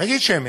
תגיד שמית.